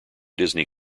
disney